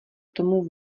tomu